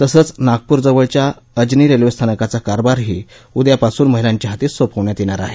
तसंच नागपूरजवळच्या अंजनी रेल्वेस्थानकाचा कारभारही उद्यापासून महिलांच्या हाती सोपवण्यात येणार आहे